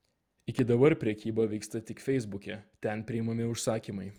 iki dabar prekyba vyksta tik feisbuke ten priimami užsakymai